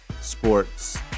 sports